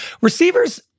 Receivers